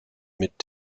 mit